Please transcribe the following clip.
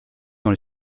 dans